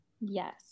Yes